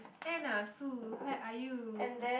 Anna Sue where are you